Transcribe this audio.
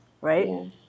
right